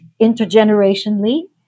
intergenerationally